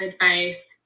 advice